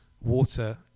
water